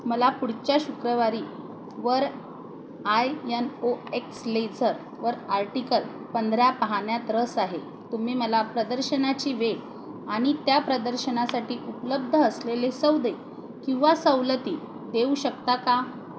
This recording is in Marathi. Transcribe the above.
मला पुढच्या शुक्रवारी वर आय यन ओ एक्स लेझरवर आर्टिकल पंधरा पाहण्यात रस आहे तुम्ही मला प्रदर्शनाची वेळ आणि त्या प्रदर्शनासाठी उपलब्ध असलेले सौदे किंवा सवलती देऊ शकता का